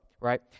right